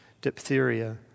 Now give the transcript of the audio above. diphtheria